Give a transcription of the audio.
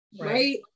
right